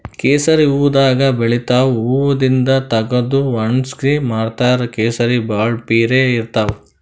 ಕೇಸರಿ ಹೂವಾದಾಗ್ ಬೆಳಿತಾವ್ ಹೂವಾದಿಂದ್ ತಗದು ವಣಗ್ಸಿ ಮಾರ್ತಾರ್ ಕೇಸರಿ ಭಾಳ್ ಪಿರೆ ಇರ್ತವ್